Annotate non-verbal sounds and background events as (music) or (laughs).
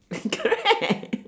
(laughs) correct